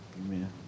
Amen